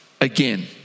Again